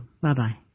bye-bye